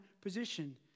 position